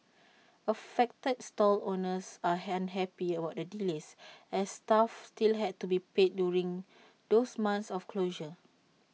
affected stall owners are unhappy about the delays as staff still had to be paid during those months of closure